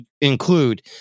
include